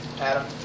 Adam